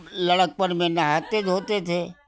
लड़कपन में नहाते धोते थे